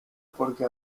porque